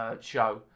show